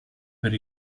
per